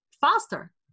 faster